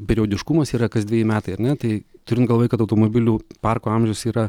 periodiškumas yra kas dveji metai ar ne tai turint galvoj kad automobilių parko amžius yra